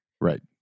Right